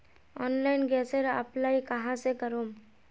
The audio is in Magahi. ऑनलाइन गैसेर अप्लाई कहाँ से करूम?